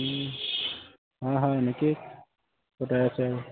হয় হয় এনেকৈয়ে কটাই আছে আৰু